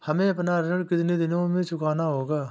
हमें अपना ऋण कितनी दिनों में चुकाना होगा?